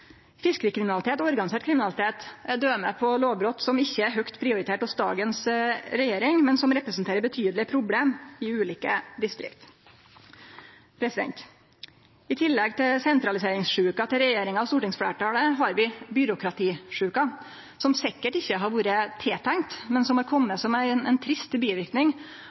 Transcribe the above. Fiskerikriminalitet og organisert kriminalitet er døme på lovbrot som ikkje er høgt prioriterte hos dagens regjering, men som representerer betydelege problem i ulike distrikt. I tillegg til sentraliseringssjuka til regjeringa og stortingsfleirtalet har vi byråkratisjuka, som sikkert ikkje har vore tiltenkt, men som har kome som ein trist biverknad av massive strukturendringar. Det har vore ein